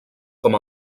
com